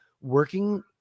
working